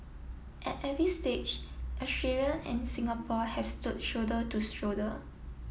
at every stage Australia and Singapore have stood shoulder to shoulder